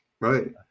right